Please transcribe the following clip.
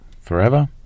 forever